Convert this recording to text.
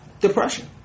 depression